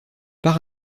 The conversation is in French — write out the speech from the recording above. par